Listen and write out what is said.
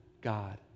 God